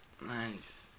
Nice